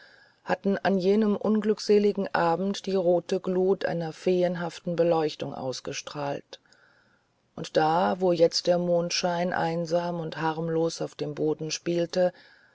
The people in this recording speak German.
hatten an jenem unglückseligen abend die rote glut einer feenhaften beleuchtung ausgestrahlt und da wo jetzt der mondschein einsam und harmlos auf dem boden spielte